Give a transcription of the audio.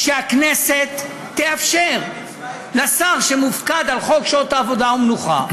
שהכנסת תאפשר לשר שמופקד על חוק שעות עבודה ומנוחה,